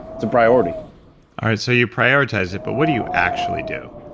it's a priority all right. so, you prioritize it, but what do you actually do?